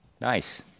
Nice